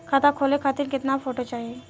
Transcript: खाता खोले खातिर केतना फोटो चाहीं?